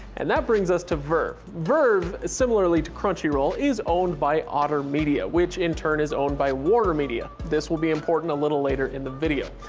and that brings us to vrv. vrv, similarly to crunchyroll, is owned by otter media, which in turn is owned by warnermedia, this will be important a little later in the video.